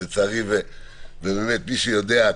ומי שיודע,